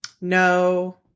No